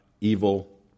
evil